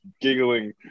giggling